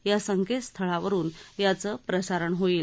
या संकेतस्थळावरुन याचं प्रसारण होईल